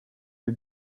the